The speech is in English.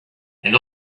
and